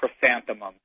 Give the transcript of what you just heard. chrysanthemum